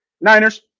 Niners